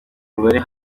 mibare